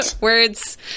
Words